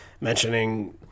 mentioning